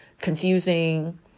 confusing